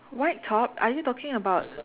white top are you talking about